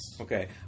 okay